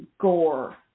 gore